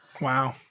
Wow